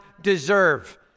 deserve